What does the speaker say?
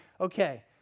okay